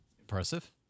Impressive